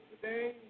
today